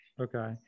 okay